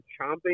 chomping